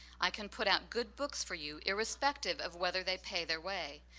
i can put out good books for you irrespective of whether they pay their way.